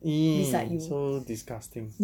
!ee! so disgusting